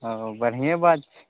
ओ बढ़ियें बात